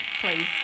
please